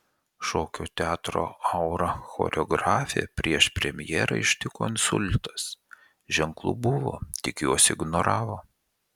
šokio teatro aura choreografę prieš premjerą ištiko insultas ženklų buvo tik juos ignoravo